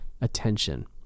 attention